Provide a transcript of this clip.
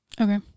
Okay